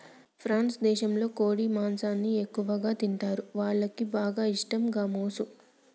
France దేశంలో కోడి మాంసాన్ని ఎక్కువగా తింటరు, వాళ్లకి బాగా ఇష్టం గామోసు